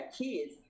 kids